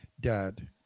dad